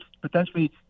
potentially